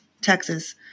Texas